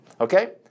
Okay